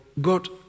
God